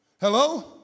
Hello